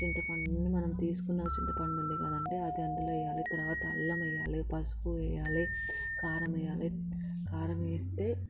చింతపండు మనం తీసుకున్న చింతపండు ఉంది కదండి అది అందులో వేయాలి తర్వాత అల్లం వేయాలి పసుపు వేయాలి కారం వేయాలి కారం వేస్తే